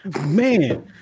man